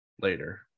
later